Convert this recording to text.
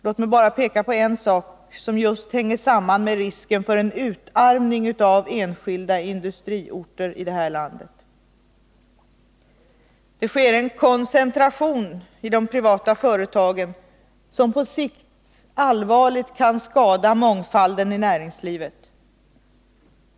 Låt mig bara peka på en enda sak som just hänger samman med risken för utarmning av enskilda industriorter i vårt land. Det sker en koncentration i de privata företagen som på sikt allvarligt kan skada mångfalden i näringslivet.